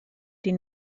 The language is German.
den